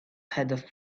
had